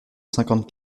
cinquante